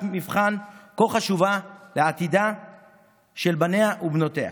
מבחן כה חשובה לעתידה של בניה ובנותיה.